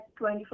24